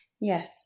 Yes